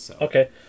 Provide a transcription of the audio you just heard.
Okay